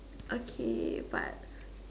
okay but